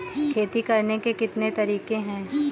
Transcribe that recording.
खेती करने के कितने तरीके हैं?